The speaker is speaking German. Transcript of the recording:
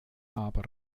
aber